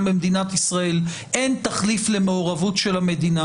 במדינת ישראל אין תחליף למעורבות המדינה